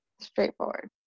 straightforward